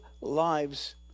lives